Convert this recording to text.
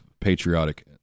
patriotic